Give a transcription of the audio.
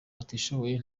batishoboye